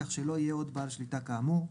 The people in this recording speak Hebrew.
כך שלא יהיה עוד בעל שליטה כאמור.